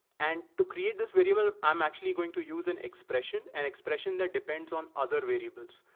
and to create this variable, i'm actually going to use an expression, an expression that depends on other variables.